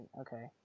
okay